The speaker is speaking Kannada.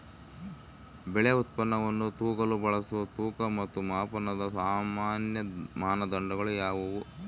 ಬೆಳೆ ಉತ್ಪನ್ನವನ್ನು ತೂಗಲು ಬಳಸುವ ತೂಕ ಮತ್ತು ಮಾಪನದ ಸಾಮಾನ್ಯ ಮಾನದಂಡಗಳು ಯಾವುವು?